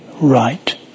right